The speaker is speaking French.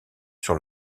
sur